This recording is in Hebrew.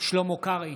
שלמה קרעי,